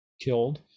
killed